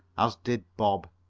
as did bob,